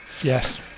Yes